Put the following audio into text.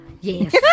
Yes